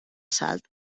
salt